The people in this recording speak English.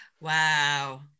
Wow